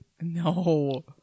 No